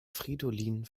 fridolin